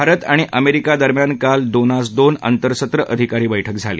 भारत आणि अमेरिका दरम्यान काल दोनांस दोन अंतरसत्र अधिकारी बैठक झाली